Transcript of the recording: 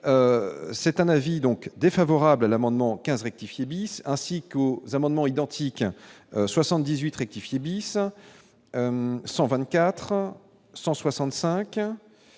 C'est un avis donc défavorable à l'amendement 15 rectifier bis ainsi que amendements identiques 78 rectifier bis 124 165